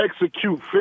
execute